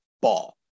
ball